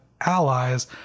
allies